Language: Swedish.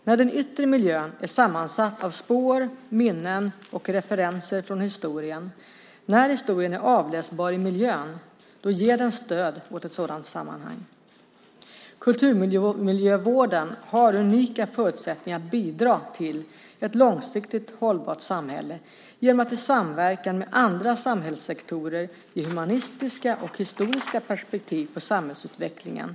När den yttre miljön är sammansatt av spår, minnen och referenser från historien, när historien är avläsbar i miljön, då ger den stöd åt ett sådant sammanhang. Kulturmiljövården har unika förutsättningar att bidra till ett långsiktigt hållbart samhälle genom att i samverkan med andra samhällssektorer ge humanistiska och historiska perspektiv på samhällsutvecklingen.